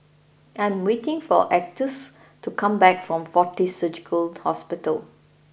I am waiting for Atticus to come back from Fortis Surgical Hospital